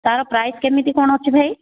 ତା'ର ପ୍ରାଇସ୍ କେମିତି କ'ଣ ଅଛି ଭାଇ